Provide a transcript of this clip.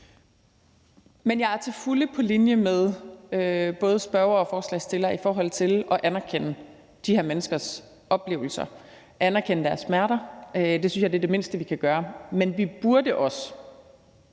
Jeg er til fulde på linje med både spørgeren og ordføreren for forslagsstillerne i forhold til at anerkende de her menneskers oplevelser, at anerkende deres smerter. Det synes jeg er det mindste, vi kan gøre. Men vi burde også,